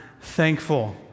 thankful